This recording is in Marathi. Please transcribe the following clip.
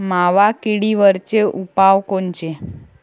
मावा किडीवरचे उपाव कोनचे?